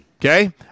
okay